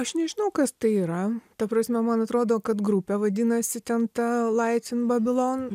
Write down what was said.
aš nežinau kas tai yra ta prasme man atrodo kad grupė vadinasi ten ta laif in babilon